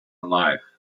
alive